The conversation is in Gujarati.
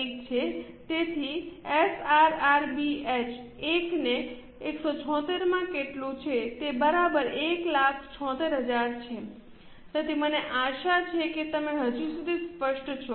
તેથી એસઆરઆરબીએચ 1 ને 176 માં કેટલું છે તે બરાબર 176000 છે તેથી મને આશા છે કે તમે હજી સુધી સ્પષ્ટ છો